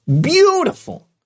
beautiful